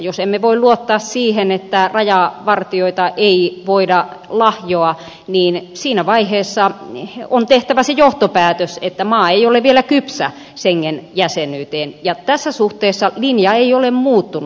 jos emme voi luottaa siihen että rajavartijoita ei voida lahjoa niin siinä vaiheessa on tehtävä se johtopäätös että maa ei ole vielä kypsä schengen jäsenyyteen ja tässä suhteessa linja ei ole muuttunut